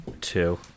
Two